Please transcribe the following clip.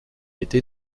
été